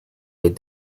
their